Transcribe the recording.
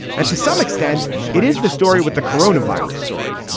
and to some extent it is the story with the corona virus story.